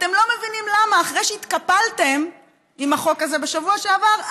אתם לא מבינים למה אחרי שהתקפלתם עם החוק הזה בשבוע שעבר,